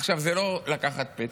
עכשיו, זה לא לקחת פתק,